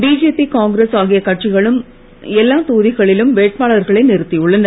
BJP Congress ஆகிய கட்சிகளும் எல்லா தொகுதிகளிலும் வேட்பாளர்களை நிறுத்தியுள்ளனர்